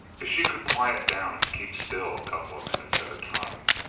if she could quiet down and keep still a couple minutes at a time,